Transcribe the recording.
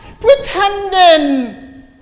pretending